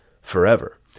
forever